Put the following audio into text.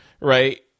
right